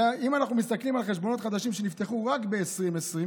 ואם אנחנו מסתכלים על חשבונות חדשים שנפתחו רק ב-2020,